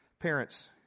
Parents